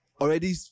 already